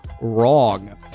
wrong